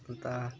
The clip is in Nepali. अनि त